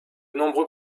nombreux